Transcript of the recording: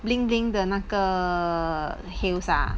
bling bling 的那个 heels ah